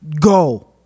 Go